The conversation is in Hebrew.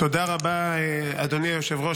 תודה רבה, אדוני היושב-ראש.